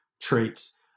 traits